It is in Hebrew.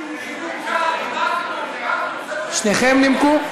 שניכם נימקתם?